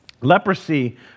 Leprosy